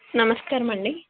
నమస్కారం అండి